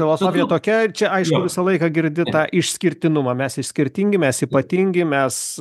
filosofija tokia čia aišku visą laiką girdi tą išskirtinumą mes išskirtingi mes ypatingi mes